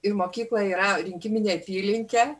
ir mokykla yra rinkiminė apylinkė